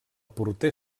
porter